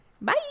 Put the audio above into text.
Bye